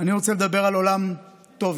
אני רוצה לדבר על עולם טוב יותר,